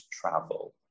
travel